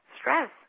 Stress